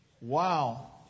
Wow